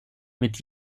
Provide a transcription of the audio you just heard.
mit